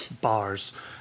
bars